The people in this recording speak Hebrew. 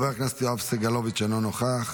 חבר הכנסת יואב סגלוביץ' אינו נוכח,